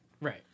Right